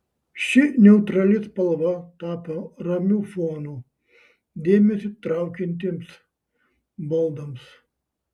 ši neutrali spalva tapo ramiu fonu dėmesį traukiantiems baldams